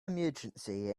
emergency